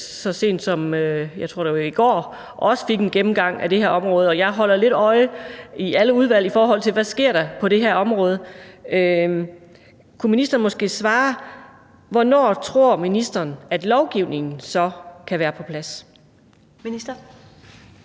så sent som i går, tror jeg, også fik en gennemgang af det her område, og jeg holder lidt øje med det i alle udvalg, i forhold til hvad der sker på det her område. Kunne ministeren måske svare på, hvornår ministeren tror at lovgivningen så kan være på plads?